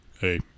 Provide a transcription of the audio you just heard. Hey